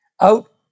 out